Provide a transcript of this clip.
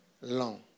long